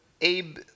Abe